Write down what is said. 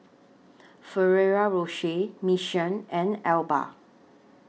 Ferrero Rocher Mission and Alba